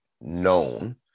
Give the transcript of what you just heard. known